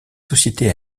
sociétés